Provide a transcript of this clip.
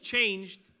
Changed